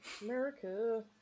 America